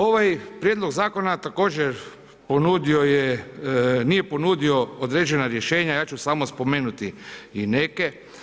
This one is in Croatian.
Ovaj prijedlog zakona također ponudio je, nije ponudio određena rješenja, ja ću samo spomenuti i neke.